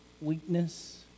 weakness